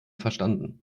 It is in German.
verstanden